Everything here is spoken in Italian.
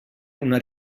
una